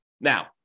Now